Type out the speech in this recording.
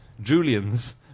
Julians